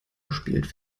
gespielt